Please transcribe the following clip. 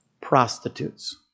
prostitutes